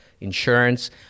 insurance